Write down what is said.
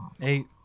Eight